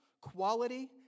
quality